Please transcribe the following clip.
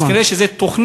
אז כנראה זה תוכנית,